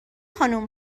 خانم